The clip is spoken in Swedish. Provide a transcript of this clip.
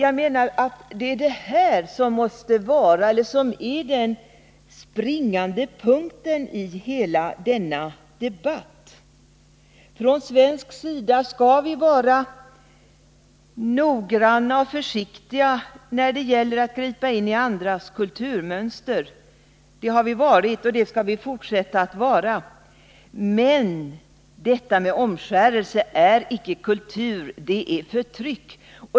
Det är detta som är den springande punkten i hela denna debatt. Från svensk sida skall vi vara noggranna och försiktiga när det gäller att gripa in i andras kulturmönster — det har vi varit, och det skall vi fortsätta att vara — men omskärelse är inte kultur utan förtryck.